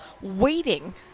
waiting